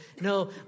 no